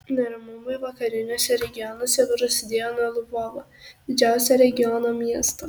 neramumai vakariniuose regionuose prasidėjo nuo lvovo didžiausio regiono miesto